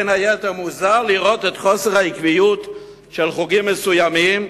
בין היתר: "מוזר לראות את חוסר העקביות של חוגים מסוימים,